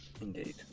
Indeed